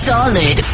Solid